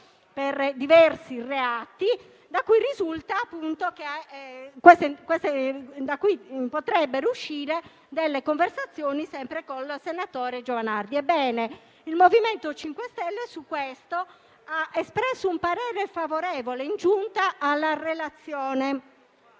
per diversi reati, da cui potrebbero uscire delle conversazioni sempre con il senatore Giovanardi. Ebbene, il MoVimento 5 Stelle su questo ha espresso un parere favorevole in Giunta sulla relazione